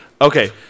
okay